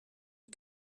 les